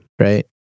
Right